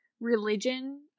religion